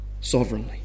sovereignly